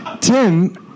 Tim